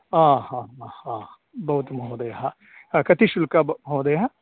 आहा हा हा भवतु महोदयः कतिशुल्कम् महोदयः